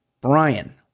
Brian